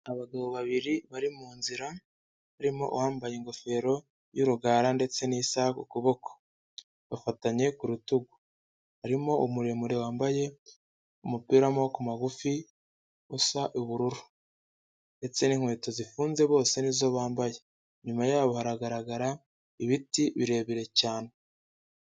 Abagabo babiri bari mu nzira harimo uwambaye ingofero y'urugara ndetse n'isaha ku ukuboko, bafatanye ku rutugu, harimo muremure wambaye umupira w'amaguru magufi usa ubururu ndetse n'inkweto zifunze bose nizo bambaye, inyuma yabo hagaragara ibiti birebire cyane.